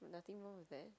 nothing wrong with that